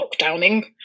lockdowning